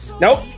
Nope